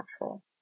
natural